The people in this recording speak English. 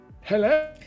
Hello